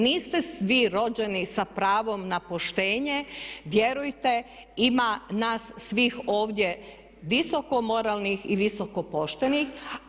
Niste vi rođeni sa pravom na poštenje, vjerujte ima nas svih ovdje visoko moralnih i visoko poštenih.